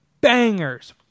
Bangers